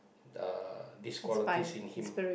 uh this qualities in him